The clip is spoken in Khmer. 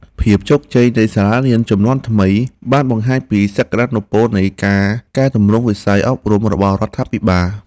ភាពជោគជ័យនៃសាលារៀនជំនាន់ថ្មីបានបង្ហាញពីសក្តានុពលនៃការកែទម្រង់វិស័យអប់រំរបស់រដ្ឋាភិបាល។